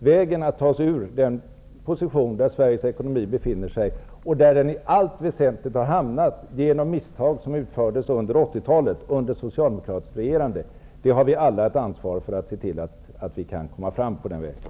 Vägen att ta sig ur den situation Sveriges ekonomi har hamnat i -- och som i allt väsentligt beror på de misstag som gjordes under socialdemokratiskt regerande under 80-talet -- har vi alla ett ansvar för.